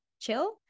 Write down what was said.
chill